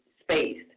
space